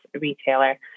retailer